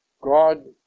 God